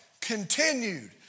continued